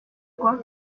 quoi